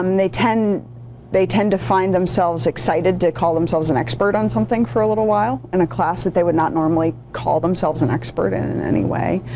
um they tend they tend to find themselves excited to call themselves an expert on something for a little while in a class that they would not normally call themselves an expert in in any way.